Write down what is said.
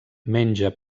menja